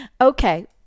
Okay